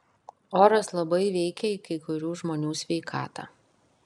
oras labai veikia į kai kurių žmonių sveikatą